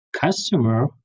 customer